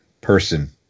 person